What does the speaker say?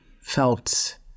felt